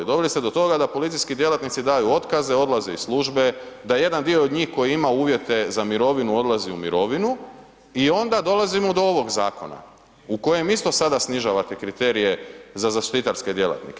Doveli ste do toga da policijski djelatnici daju otkaze, odlaze iz službe, da jedan dio njih koji ima uvjete za mirovinu, odlazi u mirovinu i onda dolazimo do ovog zakona u kojem isto sada snižavate kriterije za zaštitarske djelatnike.